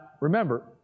remember